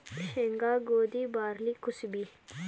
ಸೇಂಗಾ, ಗೋದಿ, ಬಾರ್ಲಿ ಕುಸಿಬಿ